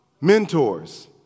mentors